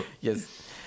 Yes